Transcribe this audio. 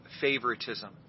favoritism